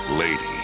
lady